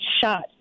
shot